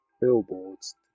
billboards